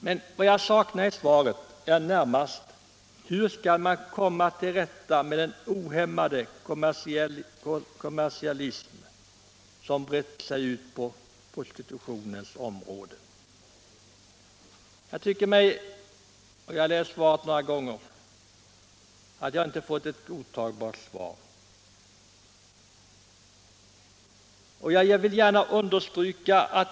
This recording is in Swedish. Men vad jag saknar är närmast ett svar på min fråga i interpellationen hur man skall komma till rätta med den ohämmade kommersialism som har brett ut sig på prostitutionens område. Jag har läst svaret några gånger, men jag kan inte finna att jag har fått ett godtagbart svar på den frågan.